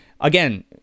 again